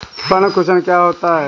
पर्ण कुंचन क्या होता है?